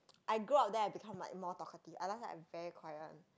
I grow up there I become my more talkative I last time I'm very quiet one